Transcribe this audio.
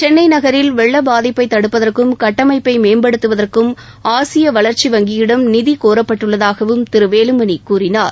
சென்னை நகரில் வெள்ள பாதிப்பை தடுப்பதற்கும் கட்டமைப்பை மேம்படுத்துவதற்கும் ஆசிய வளர்ச்சி வங்கியிடம் நிதி கோரப்பட்டுள்ளதாகவும் திரு வேலுமணி கூறினார்